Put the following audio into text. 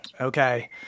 Okay